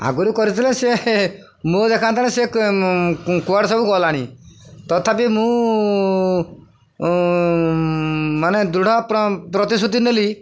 ଆଗରୁ କରିଥିଲେ ସେ ମୋ ଦେଖାନ୍ତେ ସେ କୁଆଡ଼େ ସବୁ ଗଲାଣି ତଥାପି ମୁଁ ମାନେ ଦୃଢ଼ ପ୍ରତିଶୃତି ନେଲି